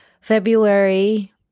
February